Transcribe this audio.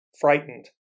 frightened